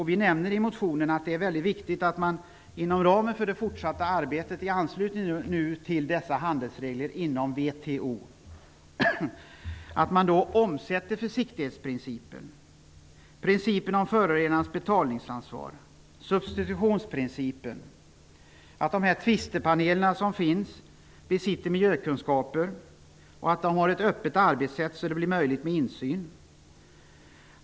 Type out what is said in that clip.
Vi nämner i den att det är mycket viktigt att man inom ramen för det fortsatta arbetet inom WTO tillämpar försiktighetsprincipen, principen om förorenarens betalningsansvar och substitutionsprincipen. Det är också väsentligt att tvistepanelerna besitter miljökunskaper och har ett öppet arbetssätt som möjliggör insyn.